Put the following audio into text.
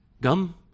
Gum